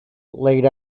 laid